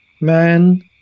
Man